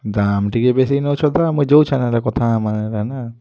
ଦାମ୍ ଟିକେ ବେଶୀ ନୋଉଛ ମୁଇଁ ଯାଉଛେ ନିହେଲେ କଥା ହେମା